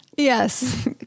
Yes